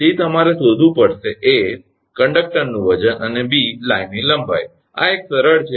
તેથી તમારે શોધવું પડશે એ કંડક્ટરનું વજન અને બી લાઇનની લંબાઈ આ એક સરળ છે